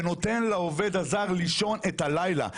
ונותן לעובד הזר לישון את הלילה.